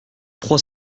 trois